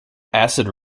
acid